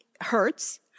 hurts